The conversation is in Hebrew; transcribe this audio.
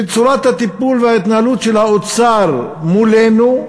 צורת הטיפול וההתנהלות של האוצר מולנו,